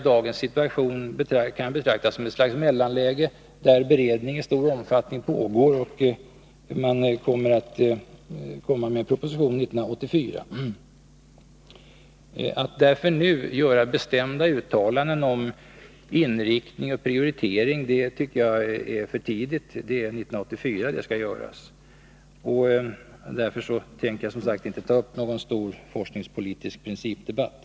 Dagens situation kan väl betraktas som ett slags mellanläge, där beredning i stor omfattning pågår och där det kommer en proposition 1984. Att nu göra bestämda uttalanden om inriktning och prioritering tycker jag därför är för tidigt; det är 1984 det skall göras. I dag tänker jag alltså inte ta upp någon stor forskningspolitisk principdebatt.